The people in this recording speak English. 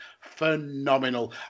phenomenal